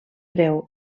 breu